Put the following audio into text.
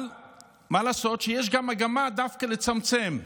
אבל מה לעשות שיש גם מגמה דווקא לצמצם,